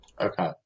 Okay